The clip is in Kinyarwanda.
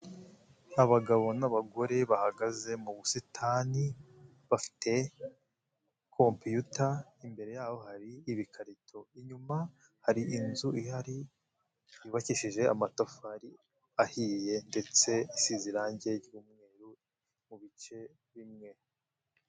Abagabo n'abagore bahagaze mu busitani. Bafite komputa. Imbere yabo hari ibikarito. Inyuma hari inzu ihari, yubakishije amatafari ahiye ndetse isize irangi ry'umweru mu bice bimwe.